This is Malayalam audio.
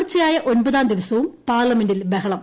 തുടർച്ചയായ ഒൻപതാം ദ്രീവസ്വും പാർലമെന്റിൽ ബഹളം